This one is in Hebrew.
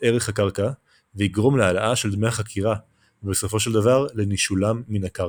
ערך הקרקע ויגרום להעלאה של דמי החכירה ובסופו של דבר לנישולם מן הקרקע.